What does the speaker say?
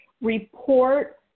report